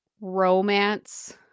romance